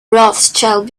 rothschild